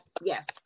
yes